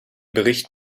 bericht